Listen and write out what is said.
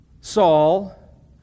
Saul